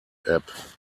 app